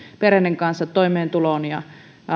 perheiden kanssa liittyen toimeentuloon ja